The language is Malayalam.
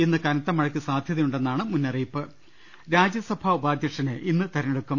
ഇന്ന് കനത്തമ ഴയ്ക്ക് സാധ്യതയുണ്ടെന്നാണ് മുന്നറിയിപ്പ് രാജ്യസഭാ ഉപാധ്യക്ഷനെ ഇന്ന് തെരഞ്ഞെടുക്കും